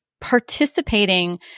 participating